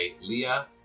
Leah